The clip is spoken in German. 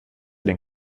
den